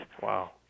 Wow